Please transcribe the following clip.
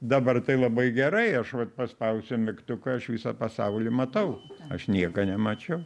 dabar tai labai gerai aš vat paspausiu mygtuką aš visą pasaulį matau aš nieko nemačiau